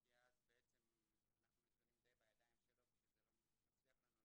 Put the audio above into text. כי אז בעצם אנחנו נתונים בידיו וכשזה לא מצליח לנו,